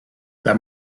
that